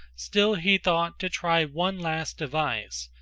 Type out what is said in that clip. still he thought to try one last device,